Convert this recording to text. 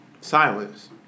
Silence